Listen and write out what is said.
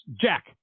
Jack